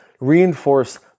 Reinforce